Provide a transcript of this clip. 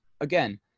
again